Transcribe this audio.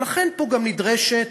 ולכן, פה גם נדרשת